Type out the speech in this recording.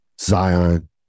Zion